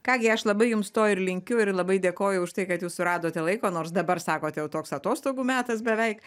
ką gi aš labai jums to ir linkiu ir labai dėkoju už tai kad jūs suradote laiko nors dabar sakot jau toks atostogų metas beveik